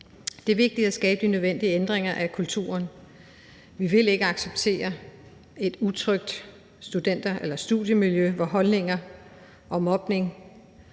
Det er vigtigt at skabe de nødvendige ændringer af kulturen. Vi vil ikke acceptere et utrygt studiemiljø, hvor holdninger og mobning